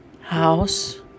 house